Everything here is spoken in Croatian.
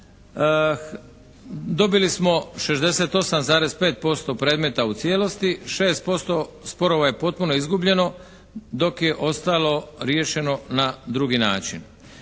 dobili smo 68,5% predmeta u cijelosti, 6% sporova je potpuno izgubljeno, dok je ostalo riješeno na drugi način.